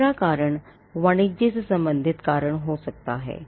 तीसरा कारण वाणिज्य से संबंधित कारण हो सकता है